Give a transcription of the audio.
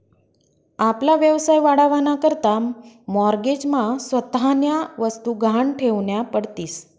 आपला व्यवसाय वाढावा ना करता माॅरगेज मा स्वतःन्या वस्तु गहाण ठेवन्या पडतीस